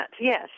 yes